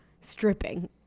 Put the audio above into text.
stripping